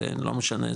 זה לא משנה,